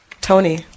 tony